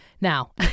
Now